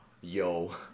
Yo